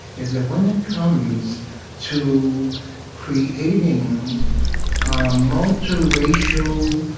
is that when it comes to creating a multiracial,